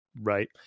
right